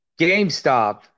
GameStop